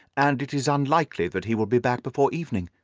and it is unlikely that he will be back before evening.